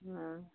হ্যাঁ